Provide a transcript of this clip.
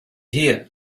here